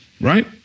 Right